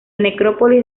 necrópolis